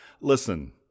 Listen